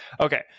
Okay